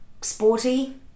sporty